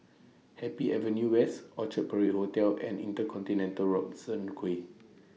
Happy Avenue West Orchard Parade Hotel and InterContinental Robertson Quay